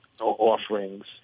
offerings